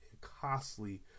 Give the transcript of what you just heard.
costly